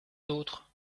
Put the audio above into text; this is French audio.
d’autre